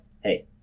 hey